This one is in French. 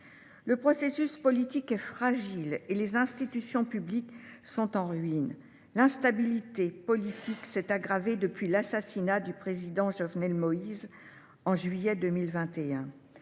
Le processus politique demeure fragile et les institutions publiques sont en ruines. L’instabilité politique s’est aggravée depuis l’assassinat du président Jovenel Moïse en juillet 2021,